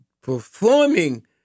performing